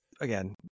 Again